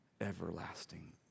everlasting